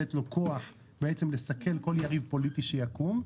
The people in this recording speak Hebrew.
לתת לו כוח לסכל כל יריב פוליטי שיקום,